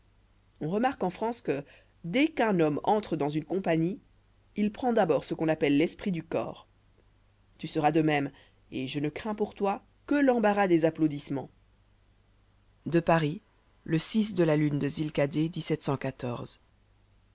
on remarque en france que dès qu'un homme entre dans une compagnie il prend d'abord ce qu'on appelle l'esprit du corps tu en seras de même et je ne crains pour toi que l'embarras des applaudissements à paris le de la lune de